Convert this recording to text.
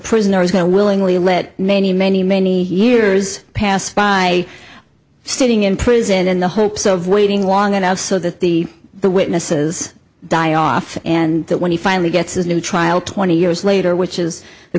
prisoner is going to willingly let many many many years pass by sitting in prison in the hopes of waiting long enough so that the the witnesses die off and that when he finally gets his new trial twenty years later which is the